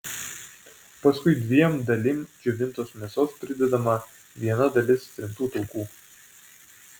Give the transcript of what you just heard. paskui dviem dalim džiovintos mėsos pridedama viena dalis trintų taukų